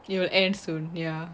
it will end soon ya